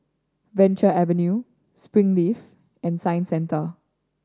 Venture Avenue Springleaf and Science Centre